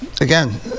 again